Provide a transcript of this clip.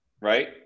right